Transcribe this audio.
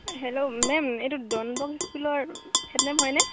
hello ma'am এইটো Don Bosco স্কুলৰ head ma'am হয়নে